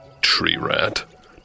tree-rat